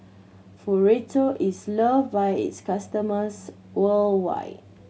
Futuro is love by its customers worldwide